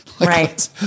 right